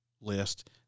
list